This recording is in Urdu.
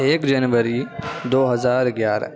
ایک جنوری دو ہزار گیارہ